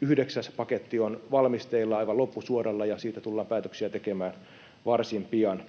Yhdeksäs paketti on valmisteilla, aivan loppusuoralla, ja siitä tullaan päätöksiä tekemään varsin pian.